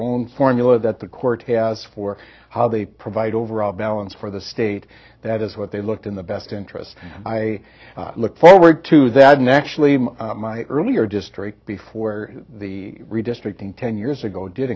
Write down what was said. own formula that the court has for how they provide overall balance for the state that is what they looked in the best interest i look forward to that naturally my earlier district before the redistricting ten years ago did